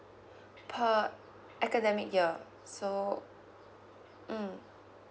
per academic year so mm